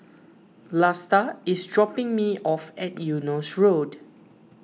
Vlasta is dropping me off at Eunos Road